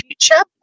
future